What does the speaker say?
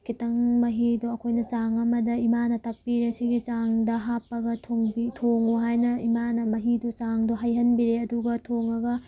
ꯈꯤꯇꯪ ꯃꯍꯤꯗꯣ ꯑꯩꯈꯣꯏꯅ ꯆꯥꯡ ꯑꯃꯗ ꯏꯃꯥꯅ ꯇꯥꯛꯄꯤꯔꯦ ꯁꯤꯒꯤ ꯆꯥꯡꯗ ꯍꯥꯞꯄꯒ ꯊꯣꯡꯉꯨ ꯍꯥꯏꯅ ꯏꯃꯥꯅ ꯃꯍꯤꯗꯨ ꯆꯥꯡꯗꯣ ꯍꯩꯍꯟꯕꯤꯔꯦ ꯑꯗꯨꯒ ꯊꯣꯡꯉꯒ